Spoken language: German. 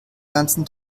ganzen